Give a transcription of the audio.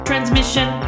Transmission